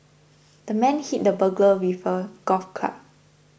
the man hit the burglar with a golf club